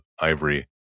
ivory